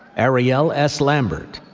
arielle s. lambert,